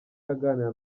aganira